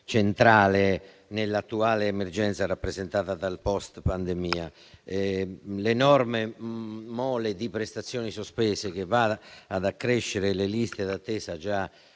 centrale nell'attuale emergenza rappresentata dal *post* pandemia. L'enorme mole di prestazioni sospese, che va ad accrescere le già